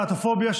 דוח הלהט"בופוביה,